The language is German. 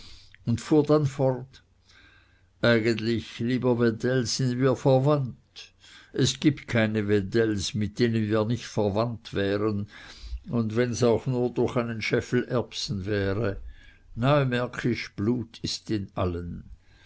und fuhr dann fort eigentlich lieber wedell sind wir verwandt es gibt keine wedells mit denen wir nicht verwandt wären und wenn's auch bloß durch einen scheffel erbsen wäre neumärkisch blut ist in allen